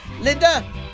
Linda